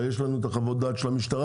הרי יש לנו חוות דעת של המשטרה.